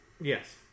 Yes